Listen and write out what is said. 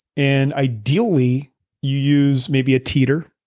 and ideally you use maybe a teeter,